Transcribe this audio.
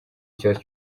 ikibazo